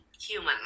human